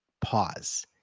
pause